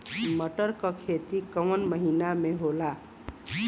मटर क खेती कवन महिना मे होला?